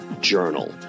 Journal